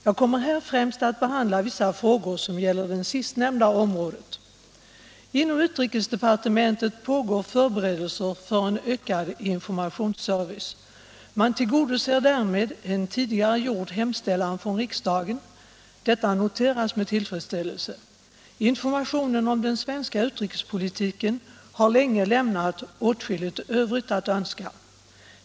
Jag kommer här främst att behandla vissa frågor som gäller det sistnämnda området. Inom utrikesdepartementet pågår förberedelser för en ökad informationsservice. Man tillgodoser därmed en tidigare gjord hemställan från riksdagen. Det noteras med tillfredsställelse. Informationen om den svenska utrikespolitiken har länge lämnat åtskilligt övrigt att önska.